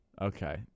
Okay